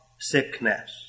sickness